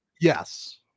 yes